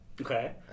Okay